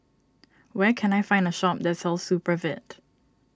where can I find a shop that sells Supravit